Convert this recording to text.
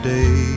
day